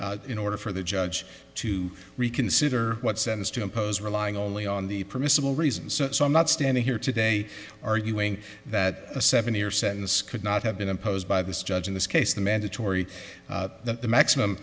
back in order for the judge to reconsider what sentence to impose relying only on the permissible reasons so i'm not standing here today arguing that a seven year sentence could not have been imposed by this judge in this case the mandatory that the maximum